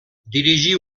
dirigí